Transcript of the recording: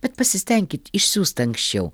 bet pasistenkit išsiųst anksčiau